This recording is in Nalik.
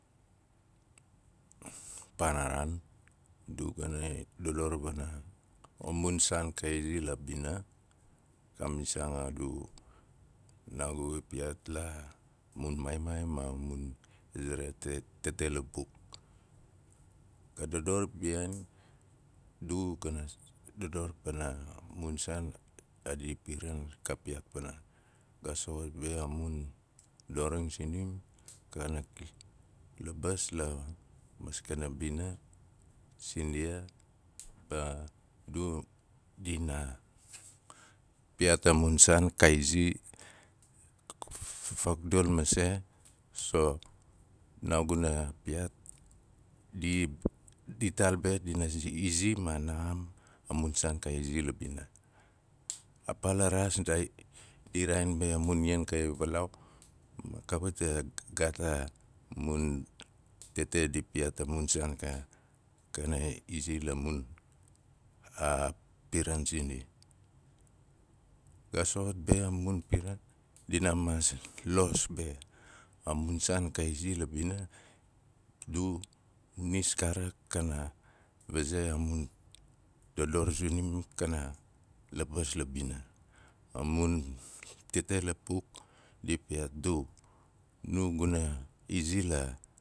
paanaraan adu gana i dodor wana a mun saan ka izi la bina. kai misiaang a du naagui piyaat la mun maai maai ma mun za reti tete lapuk. Ga dodor bihaain du gana pana mun saan a i piran ka piyaat pana ga soxot be a mun doring sinim kana labis la maskana bina sindia pa du dinaa piyaat a mun saan ka izi faakdul masei so naaguna piyaat, di- nditaal be dinaa zi. izi ma naxaam a mun saan ka izi la bina. A pa la raa ndaai di raain be a mun ian ka i valaau, kawit a gaat a mun tete di piyaat a mun saan kanaan kana izi la mun, a piran sindi. Ga soxot be a mun piran dina maas los be a mun saan ka izi la bina a u nis karek kana vazei a mun dodoring sinim kana labis la bina. A mun tete lapuk di piyaat du, nu guna izi la